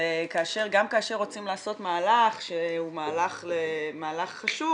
וגם כאשר רוצים לעשות מהלך שהוא מהלך חשוב,